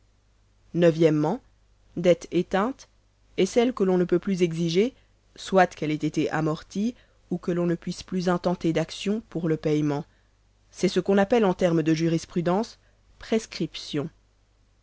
o dette éteinte est celle que l'on ne peut plus exiger soit qu'elle ait été amortie ou que l'on ne puisse plus intenter d'action pour le paiement c'est ce qu'on appelle en terme de jurisprudence prescription